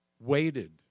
waited